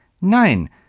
Nein